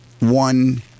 one